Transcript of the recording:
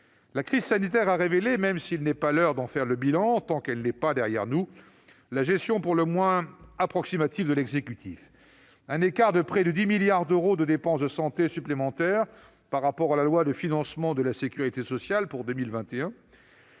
La crise sanitaire a révélé, même s'il n'est pas l'heure d'en faire le bilan tant qu'elle n'est pas derrière nous, la gestion pour le moins approximative de l'exécutif. On relève notamment près de 10 milliards d'euros de dépenses de santé supplémentaires par rapport à la loi de financement de la sécurité sociale pour 2021